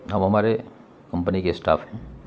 اب ہمارے کمپنی کے اسٹاف ہیں